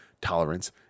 tolerance